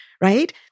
right